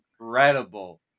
incredible